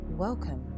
Welcome